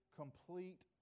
complete